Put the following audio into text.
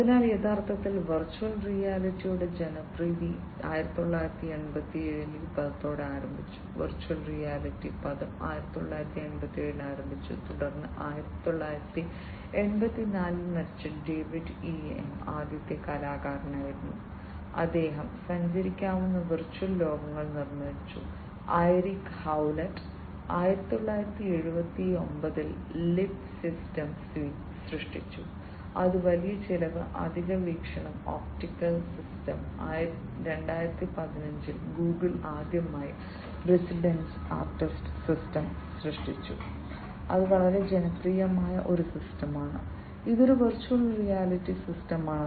അതിനാൽ യഥാർത്ഥത്തിൽ വെർച്വൽ റിയാലിറ്റിയുടെ ജനപ്രീതി 1987 ൽ ഈ പദത്തോടെ ആരംഭിച്ചു വെർച്വൽ റിയാലിറ്റി പദം 1987 ൽ ആരംഭിച്ചു തുടർന്ന് 1984 ൽ മരിച്ച ഡേവിഡ് ഇഎം 1979 ൽ ലീപ്പ് സിസ്റ്റം സൃഷ്ടിച്ചു അത് വലിയ ചെലവ് അധിക വീക്ഷണം ഒപ്റ്റിക്കൽ സിസ്റ്റം 2015 ൽ ഗൂഗിൾ ആദ്യമായി റസിഡന്റ് ആർട്ടിസ്റ്റ് സിസ്റ്റം സൃഷ്ടിച്ചു അത് വളരെ ജനപ്രിയമായ ഒരു സിസ്റ്റമാണ് ഇതൊരു വെർച്വൽ റിയാലിറ്റി സിസ്റ്റമാണ്